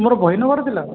ମୋର ବହି ନେବାର ଥିଲା